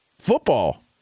football